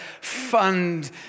fund